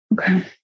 Okay